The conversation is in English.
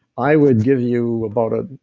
i would give you about a